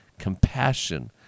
compassion